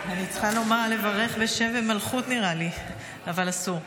אני צריכה לברך בשם ומלכות, נראה לי, אבל אסור,